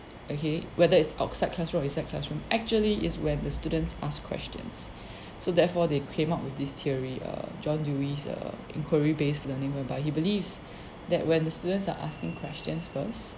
okay whether it's outside or classroom inside classroom actually is where the students ask questions so therefore they came up with this theory err john lewis err inquiry based learning whereby he believes that when the students are asking questions first